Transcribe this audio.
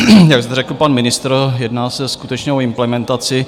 Jak zde řekl pan ministr, jedná se skutečně o implementaci.